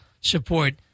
support